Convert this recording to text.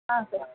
ಹಾಂ ಸರ್